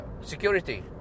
security